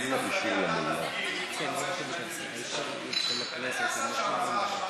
מני נפתלי הלך להפגין מול ביתו של היועץ המשפטי